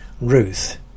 Ruth